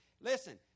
Listen